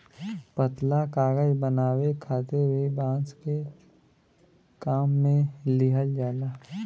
पतला कागज बनावे खातिर भी बांस के काम में लिहल जाला